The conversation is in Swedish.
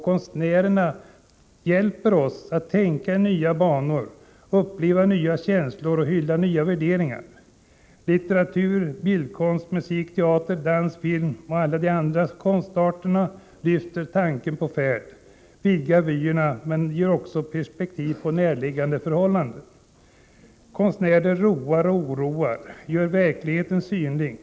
Konstnärerna hjälper oss att tänka i nya banor, uppleva nya känslor och hylla nya värderingar. Litteratur, bildkonst, musik, teater, dans, film och alla de andra konstarterna lyfter tanken på färd och vidgar vyerna, men ger också perspektiv på näraliggande förhållanden. Konstnärer roar och oroar, gör verkligheten synlig.